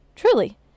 Truly